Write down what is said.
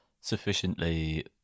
sufficiently